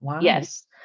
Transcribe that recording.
yes